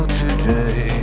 today